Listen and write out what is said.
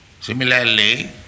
similarly